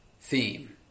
theme